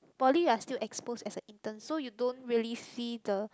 poly you're still exposed as a intern so you don't really see the